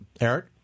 Eric